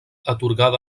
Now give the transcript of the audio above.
atorgada